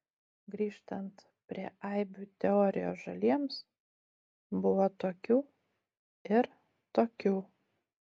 grįžtant prie aibių teorijos žaliems buvo tokių ir tokių